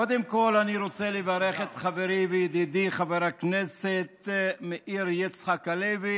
קודם כול אני רוצה לברך את חברי וידידי חבר הכנסת מאיר יצחק הלוי,